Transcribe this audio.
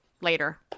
later